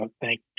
thank